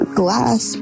glass